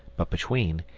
but between,